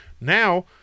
Now